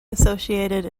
associated